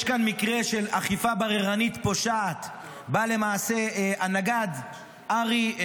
יש כאן מקרה של אכיפה בררנית פושעת שבה למעשה הנגד ארי,